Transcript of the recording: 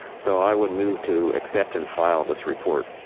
so i would move to accept and file this report.